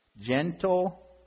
Gentle